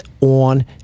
on